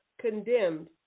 condemned